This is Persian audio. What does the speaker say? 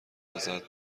لذت